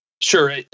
Sure